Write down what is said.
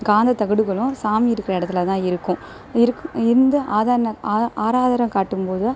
காந்தத்தகடுகளும் சாமி இருக்கிற இடத்துலதான் இருக்கும் இருக் இருந்து ஆதாரனை ஆ ஆராதனை காட்டும் போதும்